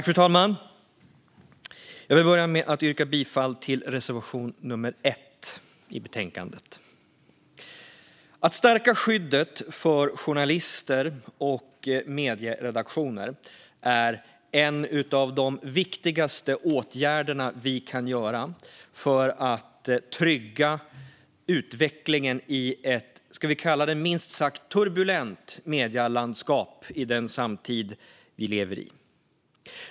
Fru talman! Jag vill börja med att yrka bifall till reservation nummer 1 i betänkandet. Att stärka skyddet för journalister och medieredaktioner är en av de viktigaste åtgärderna vi kan vidta för att trygga utvecklingen i ett minst sagt turbulent medielandskap i vår samtid. Fru talman!